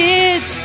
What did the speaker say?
Kids